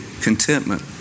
contentment